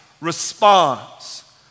responds